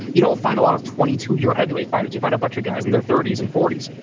you don't find a lot of twenty to your heavyweight fight and you find a bunch of guys in their thirty s and forty s.